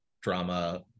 drama